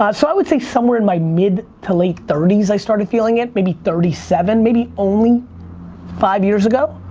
but so i would think somewhere in my mid to late thirty s i started feeling it. maybe thirty seven, maybe only five years ago.